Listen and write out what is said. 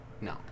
No